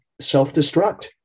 self-destruct